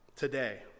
today